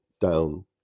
down